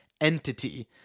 entity